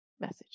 message